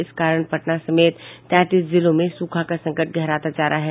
इस कारण पटना समेत तैंतीस जिलों में सूखा का संकट गहराता जा रहा है